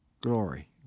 glory